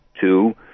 two